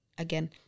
Again